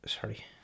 sorry